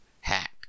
Hack